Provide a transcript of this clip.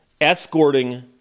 escorting